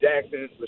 Jackson